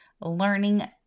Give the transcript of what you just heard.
learning